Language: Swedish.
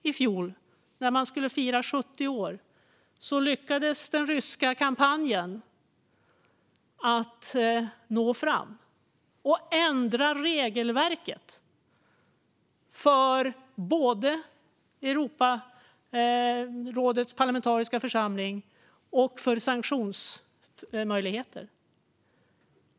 I fjol, när Europarådet skulle fira 70 år, lyckades den ryska kampanjen nå fram och ändra regelverket både för Europarådets parlamentariska församling och för sanktionsmöjligheter.